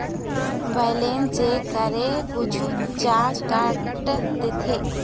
Balance check करें कुछू charge काट देथे?